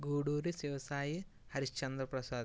Guduri Shiva Sai Harishchandra Prasad